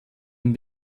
den